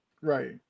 Right